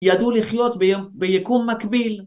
ידעו לחיות ביקום מקביל